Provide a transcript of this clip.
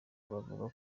bavuga